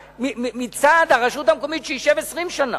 מצד הרשות המקומית, שישב 20 שנה.